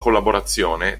collaborazione